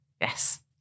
Yes